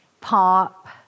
pop